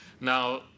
now